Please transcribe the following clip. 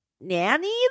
nanny